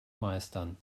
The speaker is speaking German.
meistern